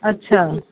अच्छा